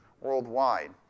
worldwide